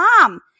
Mom